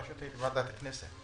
פשוט הייתי בוועדת הכנסת.